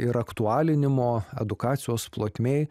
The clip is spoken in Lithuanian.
ir aktualinimo edukacijos plotmėj